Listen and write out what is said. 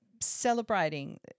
celebrating